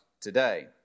today